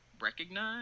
recognize